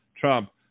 Trump